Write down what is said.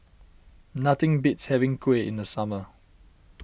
nothing beats having Kuih in the summer